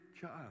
child